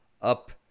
up